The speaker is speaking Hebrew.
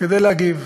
כדי להגיב.